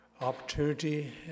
opportunity